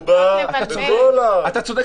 שמגובה --- אתה צודק,